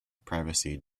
privacy